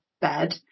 bed